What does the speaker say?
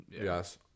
Yes